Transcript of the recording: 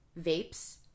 vapes